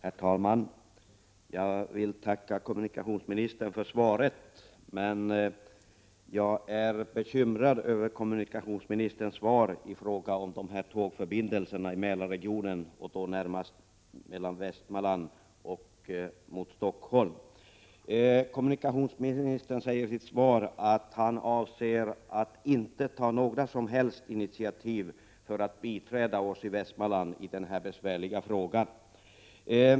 Herr talman! Jag vill tacka kommunikationsministern för svaret, men jag är bekymrad över vad kommunikationsministern säger om tågförbindelserna i Mälardalsregionen och då närmast förbindelserna mellan Västmanland och Stockholm. Kommunikationsministern säger i sitt svar att han inte avser att ta några som helst initiativ för att biträda oss i Västmanland i den här besvärliga frågan.